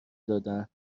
دادن